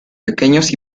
pequeños